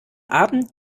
abend